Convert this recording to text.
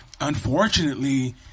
unfortunately